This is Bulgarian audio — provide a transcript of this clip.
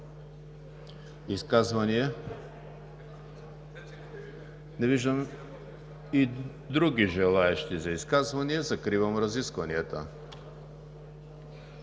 Изказвания? Не виждам и други желаещи за изказвания. Закривам разискванията.